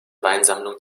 weinsammlung